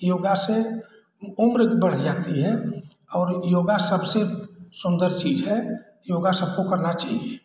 योग से उम्र बढ़ जाती है और योग सबसे सुन्दर चीज़ है योग सबको करना चाहिए